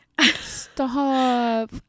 Stop